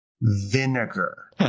vinegar